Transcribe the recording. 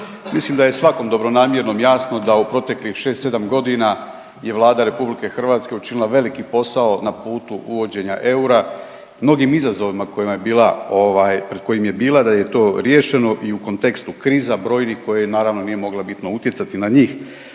Mislim da je svakom dobronamjernom jasno da u proteklih 6, 7 godina je Vlada RH učinila veliki posao na putu uvođenja eura. Mnogim izazovima kojima je bila ovaj, pred kojim je bila, da je to riješeno i u kontekstu kriza brojnih, koje naravno, nije mogla bitno utjecati na njih.